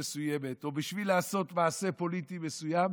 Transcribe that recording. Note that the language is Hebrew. מסוימת או בשביל לעשות מעשה פוליטי מסוים,